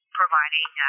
providing